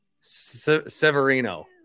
Severino